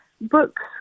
books